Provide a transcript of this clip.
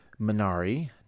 Minari